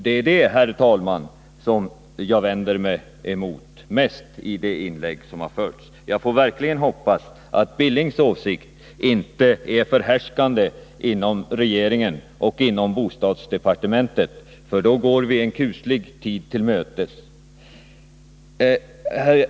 Det är detta jag vänder mig mest emot i Knut Billings inlägg. Jag hoppas verkligen att hans åsikt inte är förhärskande inom regeringen och bostadsdepartementet, för då går vi en kuslig tid till mötes.